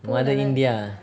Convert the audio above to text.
mother india